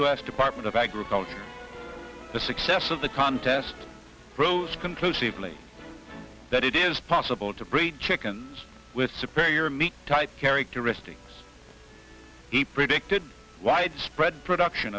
s department of agriculture the success of the contest rose conclusively that it is possible to bridge chickens with superior meat type characteristics he predicted widespread production